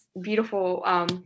beautiful